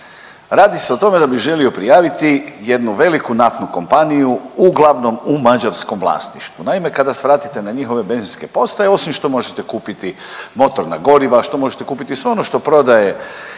Radi se o tome da bih želio prijaviti jednu veliku naftnu kompaniju uglavnom u mađarskom vlasništvu. Naime, kada svratite na njihove benzinske postaje osim što možete kupiti motorna goriva, što možete kupiti sve ono što prodaje